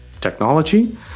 technology